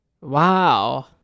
Wow